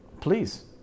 Please